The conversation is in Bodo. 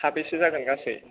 साबेसे जागोन गासै